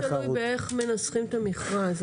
הכול תלוי איך מנסחים את המכרז.